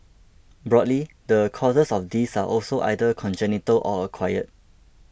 broadly the causes of this are also either congenital or acquired